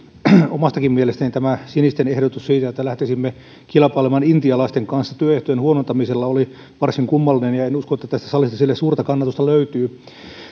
omastakin mielestäni tämä sinisten ehdotus siitä että lähtisimme kilpailemaan intialaisten kanssa työehtojen huonontamisessa oli varsin kummallinen ja en usko että tässä salissa sille suurta kannatusta löytyy